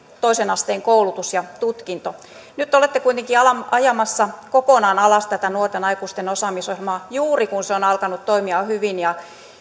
toisen asteen koulutus ja tutkinto nyt te olette kuitenkin ajamassa kokonaan alas tätä nuorten aikuisten osaamisohjelmaa juuri kun se on alkanut toimia hyvin ja